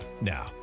Now